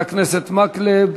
חבר הכנסת מקלב,